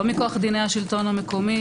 לא מכוח דיני השלטון המקומי,